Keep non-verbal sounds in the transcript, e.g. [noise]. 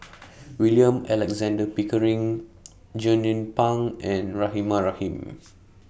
[noise] William Alexander Pickering Jernnine Pang and Rahimah Rahim